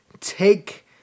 Take